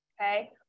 okay